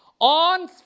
on